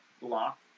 block